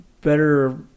better